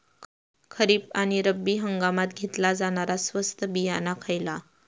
खरीप आणि रब्बी हंगामात घेतला जाणारा स्वस्त बियाणा खयला?